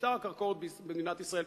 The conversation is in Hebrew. במשטר הקרקעות במדינת ישראל,